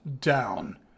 down